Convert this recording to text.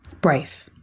Brave